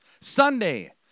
Sunday